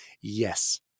yes